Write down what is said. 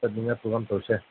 ꯆꯠꯅꯤꯡꯉꯥꯏ ꯄ꯭ꯔꯣꯒ꯭ꯔꯥꯝ ꯇꯧꯁꯦ